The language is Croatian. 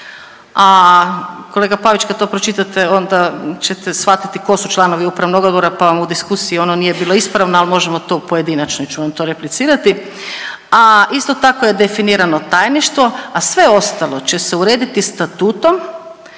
a kolega Pavić kad to pročitate onda ćete shvatiti tko su članovi upravnog odbora pa vam u diskusiji ono nije bilo ispravno, ali možemo to u pojedinačnoj ću vam to replicirati, a isto tako je definirano tajništvo, a sve ostalo će se urediti statutom